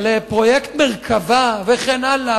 אבל פרויקט מרכב"ה וכן הלאה,